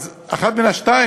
אז אחת מהשתיים,